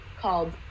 called